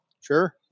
Sure